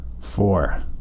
four